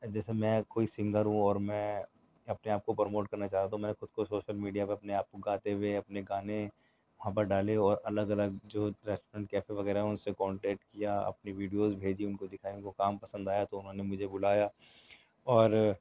جیسے میں کوئی سِنگر ہوں اور میں اپنے آپ کو پرموٹ کرنا چاہتا ہوں تو میں خود کو سوشل میڈیا پر ا پنے آپ کو گاتے ہوئے اپنے گانے وہاں پر ڈالے اور الگ الگ جو ریسٹورینٹ کیفے وغیرہ ہوں اُن سے کانٹیکٹ کیا اپنی ویڈیوز بھیجی اُن کو دکھایا اُن کو کام پسند آیا تو اُنہوں نے مجھے بلایا اور